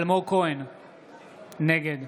נגד